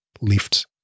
lifts